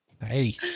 Hey